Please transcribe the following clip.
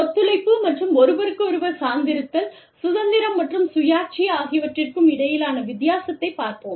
ஒத்துழைப்பு மற்றும் ஒருவருக்கொருவர் சார்ந்திருத்தல் சுதந்திரம் மற்றும் சுயாட்சி ஆகியவற்றுக்கும் இடையேயான வித்தியாசத்தை பார்ப்போம்